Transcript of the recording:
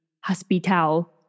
hospital